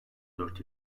dört